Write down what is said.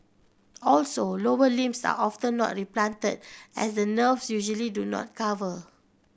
also lower limbs are often not replanted as the nerves usually do not cover